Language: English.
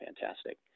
fantastic